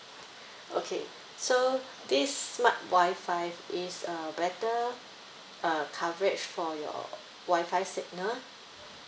okay so this smart wi-fi is uh better uh coverage for your wi-fi signal